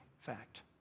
fact